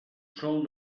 sol